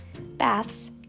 Baths